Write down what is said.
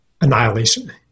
annihilation